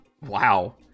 Wow